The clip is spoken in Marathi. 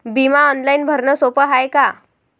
बिमा ऑनलाईन भरनं सोप हाय का?